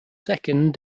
second